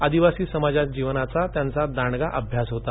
आदिवासी समाजजीवनाचा त्यांचा दांडगा अभ्यास होता